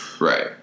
Right